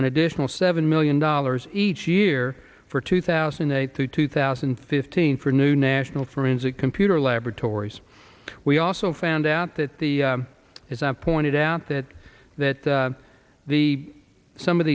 an additional seven million dollars each year for two thousand and eight to two thousand and fifteen for new national forensic computer laboratories we also found out that the as i pointed out that that the some of